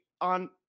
on